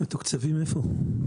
מתוקצבים איפה?